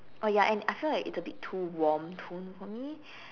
oh ya and I feel like it's a bit too warm tone for me